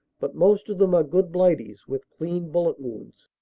but most of them are good blighties with clean bullet wounds.